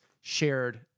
shared